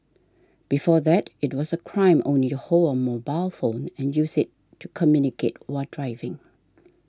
before that it was a crime only to hold a mobile phone and use it to communicate while driving